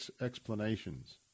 explanations